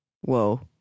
whoa